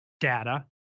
data